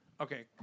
Okay